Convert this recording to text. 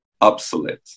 obsolete